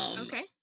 Okay